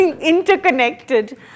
interconnected